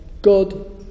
God